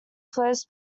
flows